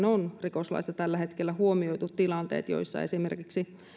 on rikoslaissa tällä hetkellä huomioitu tilanteet joissa esimerkiksi